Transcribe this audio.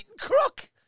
crook